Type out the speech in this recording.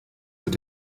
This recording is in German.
mit